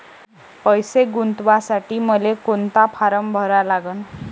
पैसे गुंतवासाठी मले कोंता फारम भरा लागन?